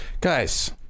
Guys